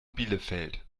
bielefeld